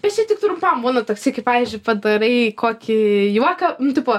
bet čia tik trumpam būna toksai kai pavyzdžiui padarai kokį juoką nu tipo